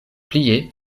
plie